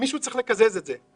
מישהו צריך לקזז את זה.